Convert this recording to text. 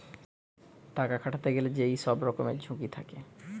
টাকা খাটাতে গেলে যে সব রকমের ঝুঁকি থাকে